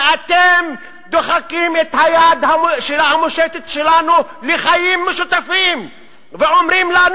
ואתם דוחים את היד המושטת שלנו לחיים משותפים ואומרים לנו: